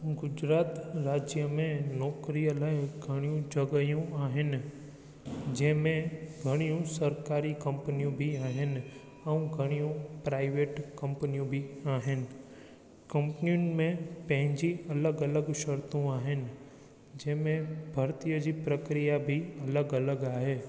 गुजरात राज्य में नौकिरीअ लाइ घणियूं जॻहियूं आहिनि जंहिं में घणियूं सरकारी कंपनियूं बि आहिनि ऐं घणियूं प्राइवेट कंपनियूं बि आहिनि कंपनियुनि में पंहिंजी अलॻि अलॻि शर्तू आहिनि जंहिं में भर्तीअ जी प्रक्रिया बि अलॻि अलॻि आहे